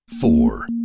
Four